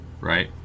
Right